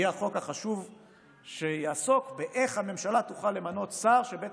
יהיה החוק החשוב שיעסוק באיך הממשלה תוכל למנות שר שבית